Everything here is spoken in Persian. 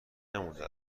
نمانده